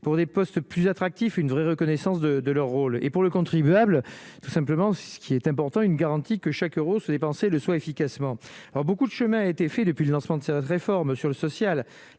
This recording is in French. pour des postes plus attractif, une vraie reconnaissance de leur rôle et pour le contribuable, tout simplement, c'est ce qui est important, une garantie que chaque Euro se dépensé le soit efficacement alors beaucoup de chemin a été fait depuis le lancement de cette réforme sur le social,